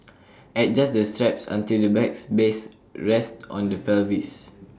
adjust the straps until the bag's base rests on the pelvis